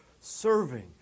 serving